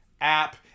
app